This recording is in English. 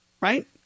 Right